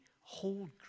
hold